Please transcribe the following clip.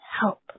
help